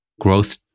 growth